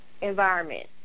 environment